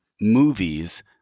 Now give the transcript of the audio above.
movies